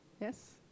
Yes